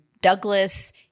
Douglas